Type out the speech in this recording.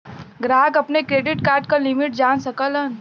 ग्राहक अपने credit card क लिमिट जान सकलन